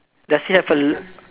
does he have a l~